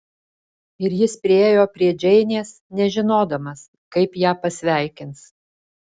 ir jis priėjo prie džeinės nežinodamas kaip ją pasveikins